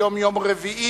היום יום רביעי,